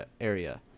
area